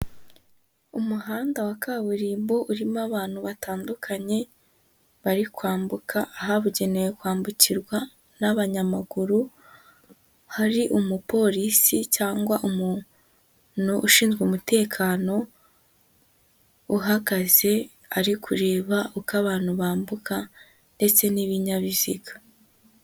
Umuhanda wa kaburimbo urimo abantu batandukanye bari kwambuka ahabugenewe kwambukirwa n'abanyamaguru, hari umupolisi cyangwa umuntu ushinzwe umutekano uhagaze, ari kureba uko abantu bambuka ndetse n'ibinyabiziga.